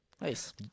nice